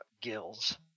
gills